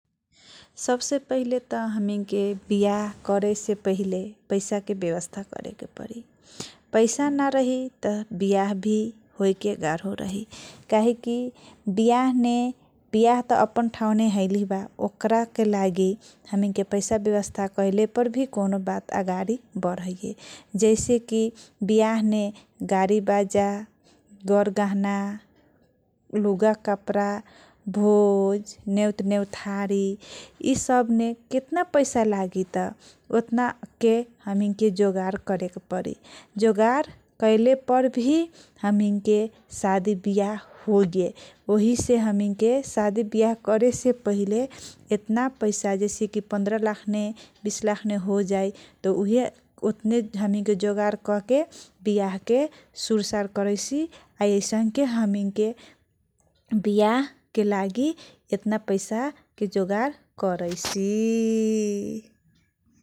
सब से पहिले त हमैके बियाह करेसे पहिले पैसा के । बेवसथा करेके परी पैसा नरही त बियाह करेके गारो रही। कहिकी बियाह मे बियाह त अपन ठाउ मे हाइलीबा ओकरा लागि हमैके हमैके पैसा बेवसथा कसला पर कव नो बात अगाडी बदैए जस की बियाह मे गडीबाजा गर गहना । लुग कपडा भोज नेवत नैतारी इ सब ने केटना पैसा लागी । त ओटना के जोगर करेके परी जोगर करले पर जोगार करले । पर हमैके सादी बियाह एटना पैसा पन्द्र लाख बिस लाख मे हो जाई त उहे ओटने हमैक जोगार कर के सुर सार करैसी हई स नंके बियाह के लागी पैसा के जोगर करैसी